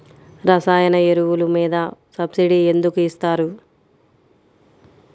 రసాయన ఎరువులు మీద సబ్సిడీ ఎందుకు ఇస్తారు?